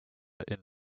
inne